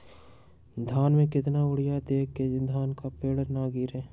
धान में कितना यूरिया दे जिससे धान का पेड़ ना गिरे?